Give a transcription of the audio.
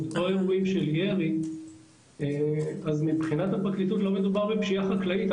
או אירועים של ירי אז מבחינת הפרקליטות לא מדובר בפשיעה חקלאית,